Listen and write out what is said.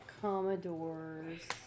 Commodores